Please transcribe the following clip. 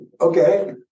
okay